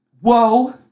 Whoa